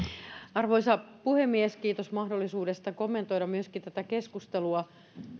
arvoisa puhemies kiitos mahdollisuudesta kommentoida myöskin tätä keskustelua